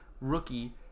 rookie